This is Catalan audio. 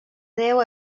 déu